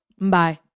Bye